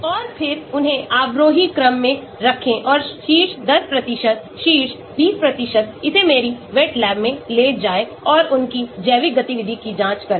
और फिर उन्हें अवरोही क्रम में रखें और शीर्ष 10 शीर्ष 20 इसे मेरी wet lab में ले जाएं और उनकी जैविक गतिविधि की जांच करें